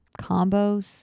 Combos